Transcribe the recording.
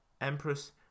Empress